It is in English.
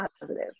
positive